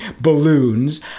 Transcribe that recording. balloons